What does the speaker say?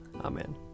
Amen